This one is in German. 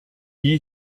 wie